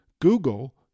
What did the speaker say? Google